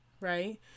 right